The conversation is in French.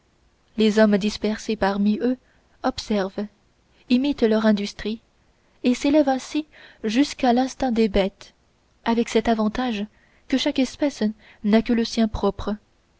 les hommes dispersés parmi eux observent imitent leur industrie et s'élèvent ainsi jusqu'à l'instinct des bêtes avec cet avantage que chaque espèce n'a que le sien propre